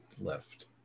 left